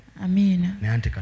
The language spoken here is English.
Amen